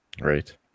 right